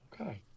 Okay